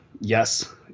yes